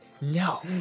No